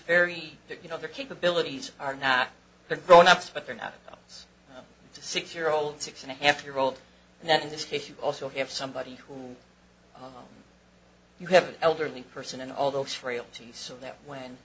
very you know their capabilities are not the grown ups but they're not it's a six year old six and a half year old and that in this case you also have somebody who you have an elderly person and all those frailties that when